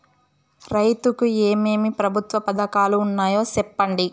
రైతుకు ఏమేమి ప్రభుత్వ పథకాలు ఉన్నాయో సెప్పండి?